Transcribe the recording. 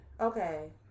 Okay